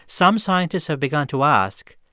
some scientists have begun to ask,